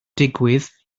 digwydd